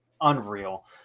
unreal